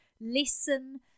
listen